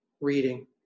Reading